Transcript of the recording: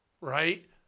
Right